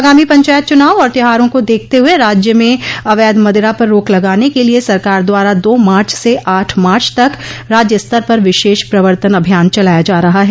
आगामी पंचायत चुनाव और त्यौहारों को देखते हुए राज्य में अवैध मदिरा पर रोक लगाने के लिए सरकार द्वारा दा मार्च से आठ मार्च तक राज्य स्तर पर विशेष प्रवतन अभियान चलाया जा रहा है